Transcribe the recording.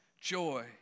joy